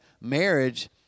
marriage